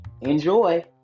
Enjoy